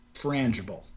Frangible